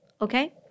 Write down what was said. okay